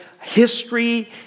history